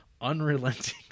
unrelenting